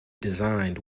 designed